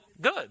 good